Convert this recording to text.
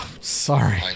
Sorry